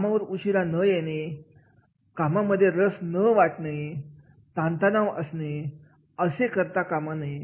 कामावर उशिरा न येणं डी मोटिवेट एड वाटणे फ्रस्ट्रेशन वाटणे असे घडता कामा नये